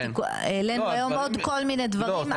העלנו היום עוד כל מיני דברים.